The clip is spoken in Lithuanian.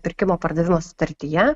pirkimo pardavimo sutartyje